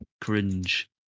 cringe